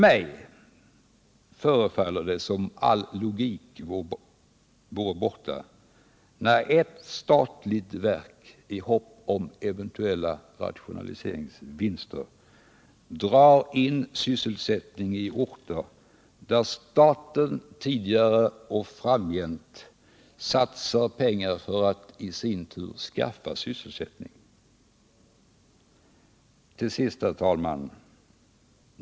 Mig förefaller det som om allt vad logik heter vore borta när ett statligt verk — i hopp om rationaliseringsvinster — drar in sysselsättning i orter där staten tidigare och framgent satsar pengar för att i sin tur skaffa sysselsättning. Till sist, herr talman!